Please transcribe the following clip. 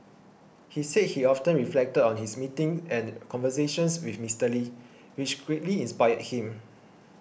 he said he often reflected on his meetings and conversations with Mister Lee which greatly inspired him